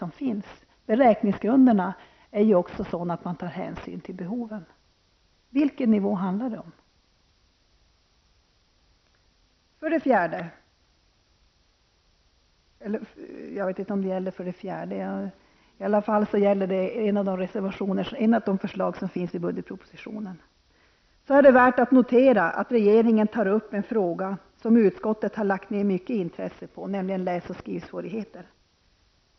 Beräkningsgrunderna är alltså sådana att man tar hänsyn till befintliga behov. Vilken nivå handlar det alltså om? För det fjärde: Det är värt att notera att regeringen tar upp en fråga som utskottet har visat ett mycket stort intresse, nämligen frågan om läs och skrivsvårigheter.